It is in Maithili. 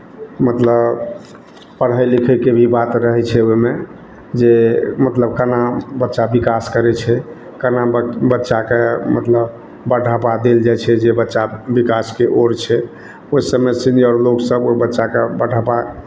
मतलब पढ़य लिखयके भी बात रहै छै ओहिमे जे मतलब केना बच्चा विकास करै छै केना ब बच्चाके मतलब बढ़ावा देल जाइ छै जे बच्चा विकासके ओर छै ओहि सभमे सीनियर लोकसभ ओहि बच्चाके बढ़ाबा